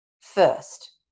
First